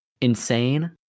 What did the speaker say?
insane